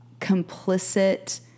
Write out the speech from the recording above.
complicit